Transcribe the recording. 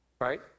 right